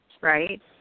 right